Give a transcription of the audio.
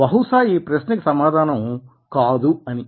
బహుశా ఈ ప్రశ్నకు సమాధానం 'కాదు అని